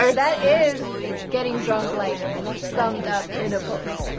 ah that is getting drunk like summed up in a post.